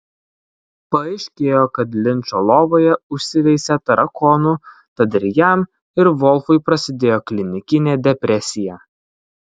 paaiškėjo kad linčo lovoje užsiveisė tarakonų tad ir jam ir volfui prasidėjo klinikinė depresija